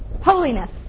Holiness